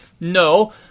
No